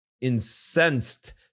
incensed